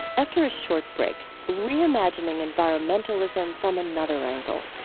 after a short break, reimagining environmentalism from another angle.